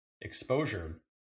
exposure